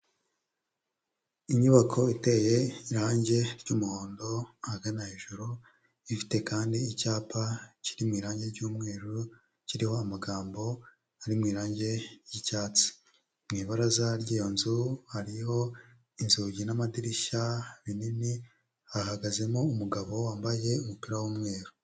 Inyubako iteye irangi ry'umuhondo ahagana hejuru, ifite kandi icyapa kiri mu irange ry'umweru, kiriho amagambo ari mu irangi ry'icyatsi, mu ibaraza ry'iyo nzu hariho inzugi n'amadirishya binini, hahagazemo umugabo wambaye umupira w'umweru.